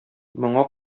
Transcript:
моңа